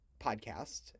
podcast